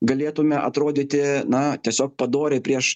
galėtume atrodyti na tiesiog padoriai prieš